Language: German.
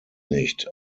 nicht